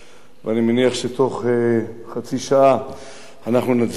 ואני מניח שבתוך חצי שעה אנחנו נצביע עליו,